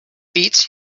beats